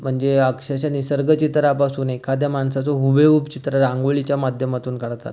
म्हणजे अक्षरशः निसर्ग चित्रापासून एखाद्या माणसाचं हुबेहूब चित्र रांगोळीच्या माध्यमातून काढतात